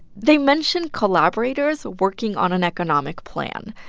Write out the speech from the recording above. they mention collaborators working on an economic plan,